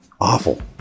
Awful